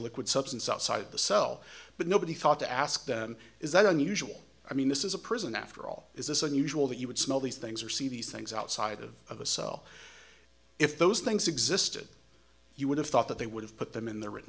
liquid substance outside the cell but nobody thought to ask them is that unusual i mean this is a prison after all is this unusual that you would smell these things or see these things outside of of a cell if those things existed you would have thought that they would have put them in their written